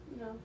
No